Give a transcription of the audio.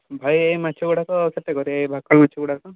ଭାଇ ଏ ମାଛଗୁଡ଼ାକ କେତେକରେ ଏଇ ଭାକୁର ମାଛଗୁଡ଼ାକ